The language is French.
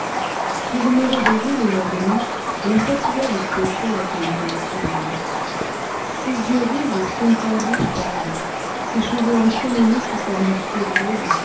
quand je me réveillai le lendemain l'infatigable piocheur était encore au travail ses yeux rouges son teint blafard ses cheveux entremêlés sous sa main fiévreuse